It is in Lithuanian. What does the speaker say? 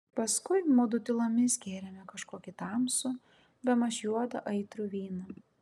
paskui mudu tylomis gėrėme kažkokį tamsų bemaž juodą aitrų vyną